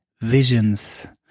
visions